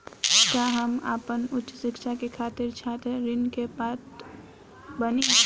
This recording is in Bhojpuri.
का हम आपन उच्च शिक्षा के खातिर छात्र ऋण के पात्र बानी?